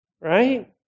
right